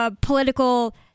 Political